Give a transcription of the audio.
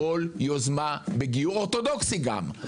כל יוזמה בגיור אורתודוקסי גם,